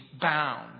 bound